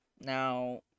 Now